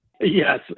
Yes